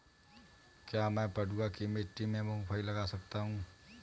क्या मैं पडुआ की मिट्टी में मूँगफली लगा सकता हूँ?